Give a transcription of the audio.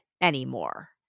anymore